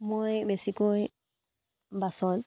মই বেছিকৈ বাছত